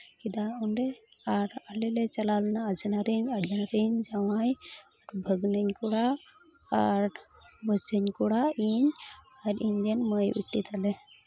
ᱠᱮᱫᱟ ᱚᱸᱰᱮ ᱟᱨ ᱟᱞᱮᱞᱮ ᱪᱟᱞᱟᱣ ᱞᱮᱱᱟ ᱟᱡᱷᱱᱟᱨᱤᱧ ᱟᱡᱷᱱᱟᱨᱤᱧ ᱡᱟᱶᱟᱭ ᱵᱷᱟᱹᱜᱽᱱᱟᱧ ᱠᱚᱲᱟ ᱟᱨ ᱵᱷᱟᱹᱪᱪᱟᱹᱧ ᱠᱚᱲᱟ ᱤᱧ ᱟᱨ ᱤᱧᱨᱮᱱ ᱢᱟᱹᱭ ᱵᱤᱴᱤ ᱛᱟᱞᱮ